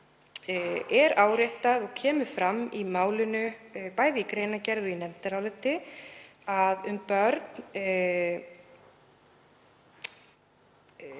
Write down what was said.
er áréttað og kemur fram í málinu, bæði í greinargerð og í nefndaráliti, að um börn